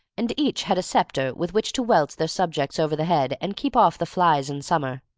and each had a sceptre with which to welt their subjects over the head and keep off the flies in summer.